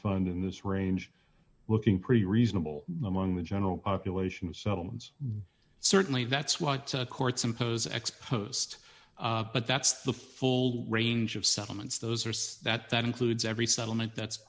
fund in this range looking pretty reasonable among the general population settlements certainly that's what courts impose ex post but that's the full range of settlements those are so that that includes every settlement that's